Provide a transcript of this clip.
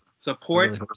Support